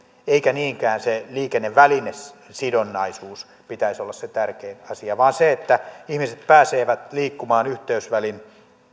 ei niinkään sen liikennevälinesidonnaisuuden pitäisi olla se tärkein asia vaan sen että ihmiset pääsevät liikkumaan yhteysvälin luotettavasti